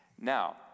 Now